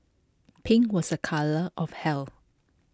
pink was A colour of health